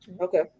Okay